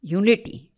unity